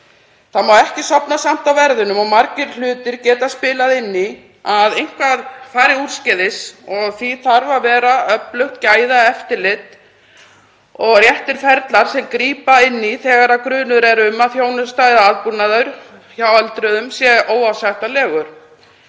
Þó má ekki sofna á verðinum og margir hlutir geta spilað inn í að eitthvað fari úrskeiðis og því þarf að vera öflugt gæðaeftirlit og réttir ferlar sem grípa inn í þegar grunur er um að þjónusta eða aðbúnaður hjá öldruðum sé óásættanlegur.